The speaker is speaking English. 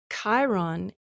Chiron